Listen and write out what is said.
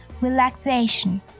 Relaxation